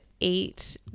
eight